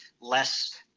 less